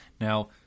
Now